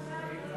תחזור עם הדג.